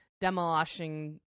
demolishing